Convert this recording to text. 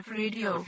radio